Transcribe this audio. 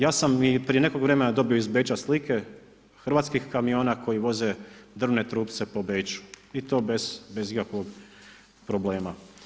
Ja sam i prije nekog vremena dobio iz Beča slike hrvatskih kamiona koji voze drvne trupce po Beču i to bez ikakvog problema.